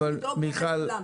צריך לדאוג לכולם.